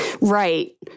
Right